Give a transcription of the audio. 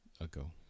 ago